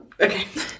Okay